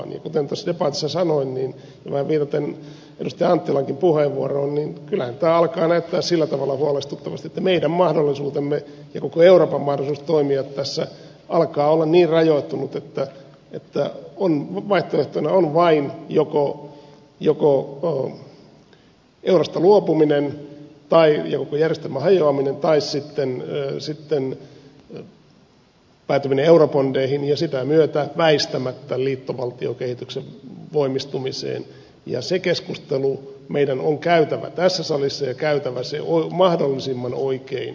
kuten tuossa debatissa sanoin ja vähän viitaten edustaja anttilankin puheenvuoroon kyllähän tämä alkaa näyttää sillä tavalla huolestuttavalta että meidän mahdollisuutemme ja koko euroopan mahdollisuus toimia tässä alkavat olla niin rajoittuneet että vaihtoehtona on vain joko eurosta luopuminen ja koko järjestelmän hajoaminen tai sitten päätyminen eurobondeihin ja sitä myötä väistämättä liittovaltiokehityksen voimistumiseen ja se keskustelu meidän on käytävä tässä salissa ja käytävä se mahdollisimman oikein tiedoin